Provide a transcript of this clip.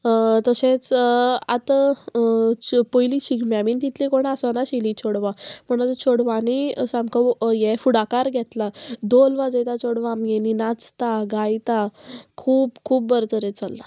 तशेंच आतां पयलीं शिगम्या बीन तितली कोण आसनाशिल्ली चेडवां पूण आतां चेडवांनी सामको हे फुडाकार घेतला दोल वाजयता चेडवां आमगेलीं नाचता गायता खूब खूब बरें तरेन चललां